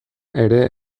ere